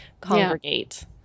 Congregate